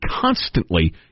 constantly